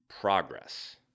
progress